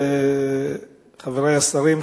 חברי השרים,